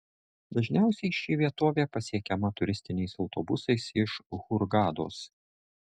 dažniausiai ši vietovė pasiekiama turistiniais autobusais iš hurgados